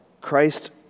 Christ